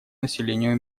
населению